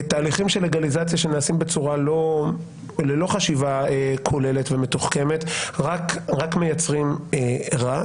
תהליכים של לגליזציה שנעשים ללא חשיבה כוללת ומתוחכמת רק מייצרים רעה,